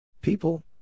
People